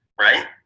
right